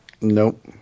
Nope